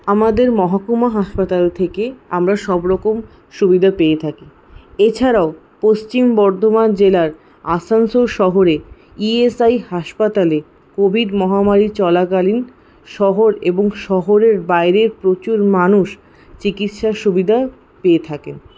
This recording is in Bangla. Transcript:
আমাদের মহকুমা হাসপাতাল থেকে আমরা সব রকম সুবিধা পেয়ে থাকি এছাড়াও পশ্চিম বর্ধমান জেলার আসানসোল শহরে ইএসআই হাসপাতালে কোভিড মহামারি চলাকালীন শহর এবং শহরের বাইরে প্রচুর মানুষ চিকিৎসার সুবিধা পেয়ে থাকেন